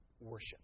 worship